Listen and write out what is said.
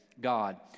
God